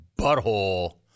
butthole